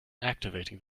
activating